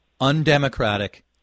undemocratic